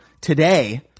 today